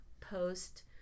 post